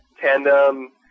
tandem